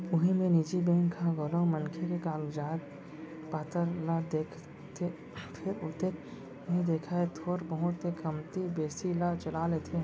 उही मेर निजी बेंक ह घलौ मनखे के कागज पातर ल देखथे फेर ओतेक नइ देखय थोर बहुत के कमती बेसी ल चला लेथे